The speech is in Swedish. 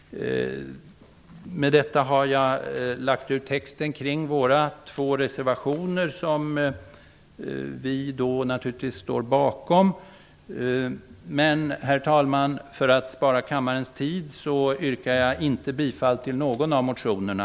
Med detta har jag lagt ut texten kring våra två reservationer, som vi naturligtvis står bakom. Men, herr talman, för att spara kammarens tid yrkar jag inte bifall till någon av motionerna.